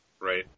Right